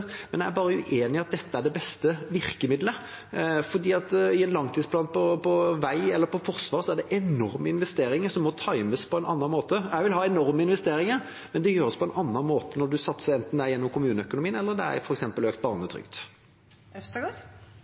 Jeg er bare uenig i at dette er det beste virkemiddelet, for i en langtidsplan for vei eller forsvar er det enorme investeringer som må times på en annen måte. Jeg vil ha enorme investeringer, men det gjøres på en annen måte når man satser gjennom enten kommuneøkonomien eller